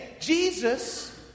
Jesus